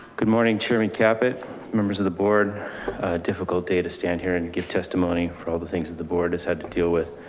good morning, chairman cabinet members of the board, a difficult day to stand here and give testimony for all the things that the board has had to deal with.